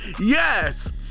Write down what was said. Yes